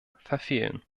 verfehlen